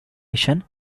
mission